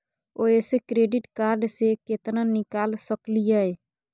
ओयसे credit card से केतना निकाल सकलियै?